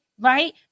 right